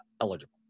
eligible